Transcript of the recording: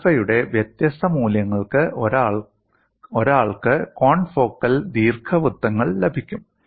ആൽഫയുടെ വ്യത്യസ്ത മൂല്യങ്ങൾക്ക് ഒരാൾക്ക് കോൺഫോക്കൽ ദീർഘവൃത്തങ്ങൾ ലഭിക്കും